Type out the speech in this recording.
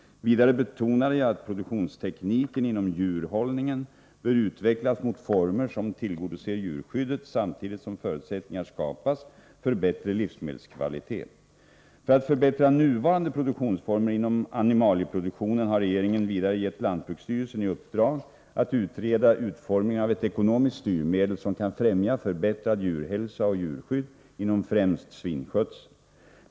Vidare betonade jag att produktionstekniken inom djurhållningen bör utvecklas mot former som tillgodoser djurskyddet samtidigt som förutsättningar skapas för bättre livsmedelskvalitet. För att förbättra nuvarande produktionsformer inom animalieproduktionen har regeringen vidare gett lantbruksstyrelsen i uppdrag att utreda utformningen av ett ekonomiskt styrmedel som kan främja förbättrad djurhälsa och djurskydd inom främst svinskötseln.